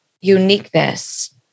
uniqueness